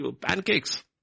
pancakes